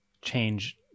change